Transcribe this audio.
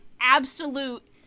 absolute